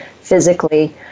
physically